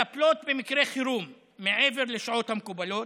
הן מטפלות במקרי חירום מעבר לשעות המקובלות,